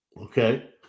okay